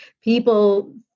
people